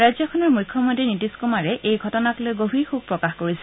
ৰাজ্যখনৰ মুখ্যমন্ত্ৰী নিতিশ কুমাৰে এই ঘটনাকলৈ গভীৰ শোক প্ৰকাশ কৰিছে